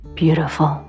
beautiful